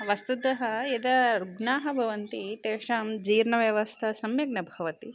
वस्तुतः यदा रुग्णाः भवन्ति तेषां जीर्णव्यवस्था सम्यक् न भवति